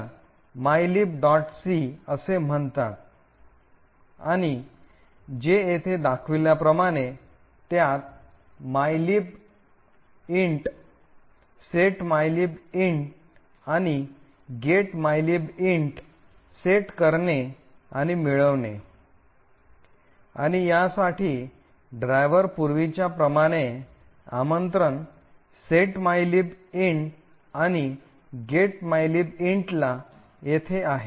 c असे म्हणतात आणि जे येथे दाखविल्याप्रमाणे त्यात mylib int set mylib int आणि get mylib int सेट करणे आणि मिळवणे आणि यासाठी ड्रायव्हर पूर्वीच्या प्रमाणे आमंत्रण set mylib int आणि get mylib int ला येथे आहे